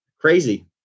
crazy